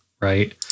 right